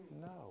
No